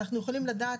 אנחנו יכולים לדעת,